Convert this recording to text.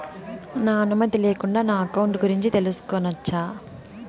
నా అనుమతి లేకుండా నా అకౌంట్ గురించి తెలుసుకొనొచ్చా?